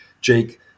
Jake